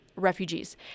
refugees